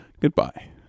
Goodbye